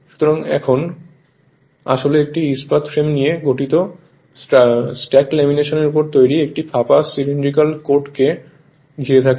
সুতরাং এখন স্ট্যাটার আসলে একটি ইস্পাত ফ্রেম নিয়ে গঠিত যা স্ট্যাক ল্যামিনেশনের উপরে তৈরি একটি ফাঁপা সিলিন্ড্রিক্যাল কোডকে ঘিরে রাখে